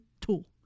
tool